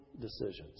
decisions